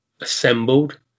assembled